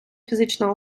фізична